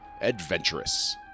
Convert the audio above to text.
Adventurous